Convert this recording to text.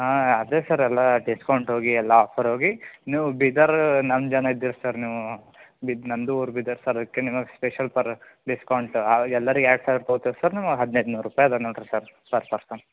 ಹಾಂ ಅದೇ ಸರ್ ಎಲ್ಲ ಡಿಸ್ಕೌಂಟ್ ಹೋಗಿ ಎಲ್ಲ ಆಫರ್ ಹೋಗಿ ನೀವು ಬೀದರ್ ನಮ್ಮ ಜನ ಇದ್ದೀರಿ ಸರ್ ನೀವು ಬಿದ್ ನನ್ನದೂ ಊರು ಬೀದರ್ ಸರ್ ಅದಕ್ಕೆ ನಿಮಗೆ ಸ್ಪೆಷಲ್ ಪರ್ ಡಿಸ್ಕೌಂಟು ಆ ಎಲ್ಲರಿಗೆ ಎರಡು ಸಾವಿರ ತೊಗೋತೀವಿ ಸರ್ ನೀವು ಹದಿನೆಂಟು ನೂರು ರೂಪಾಯಿ ಇದೆ ನೋಡಿರಿ ಸರ್ ಪರ್ ಪರ್ಸನ್